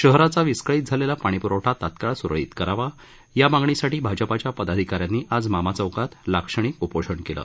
शहराचा विस्कळीत झालेला पाणीप्रवठा तात्काळ सुरळीत करावा या मागणीसाठी भाजपाच्या पदाधिकाऱ्यांनी आज मामा चौकात लाक्षणिक उपोषण केलं